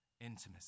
intimacy